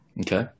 Okay